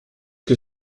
que